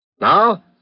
Now